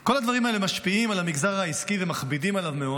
כל הדברים האלה משפיעים על המגזר העסקי ומכבידים עליו מאוד,